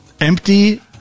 Empty